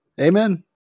Amen